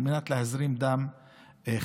על מנת להזרים דם חדש.